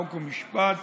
חוק ומשפט.